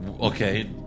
Okay